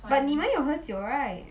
but 你们有喝酒 right